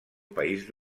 país